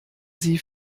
sie